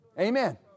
Amen